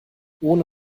ohne